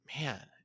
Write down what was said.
man